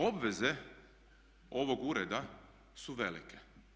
Obveze ovog ureda su velike.